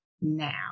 Now